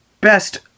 best